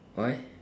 why